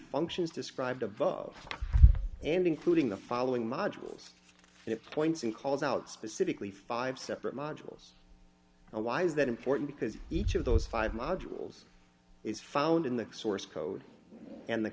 functions described above and including the following modules it points and calls out specifically five separate modules and why is that important because each of those five modules is found in the source code and the